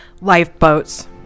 Lifeboats